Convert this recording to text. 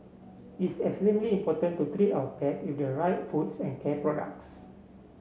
it's extremely important to treat our pet with the right foods and care products